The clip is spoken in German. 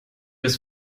ist